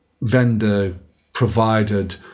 vendor-provided